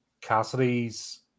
Cassidy's